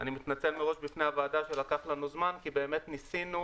אני מתנצל מראש בפני הוועדה שלקח לנו זמן כי באמת ניסינו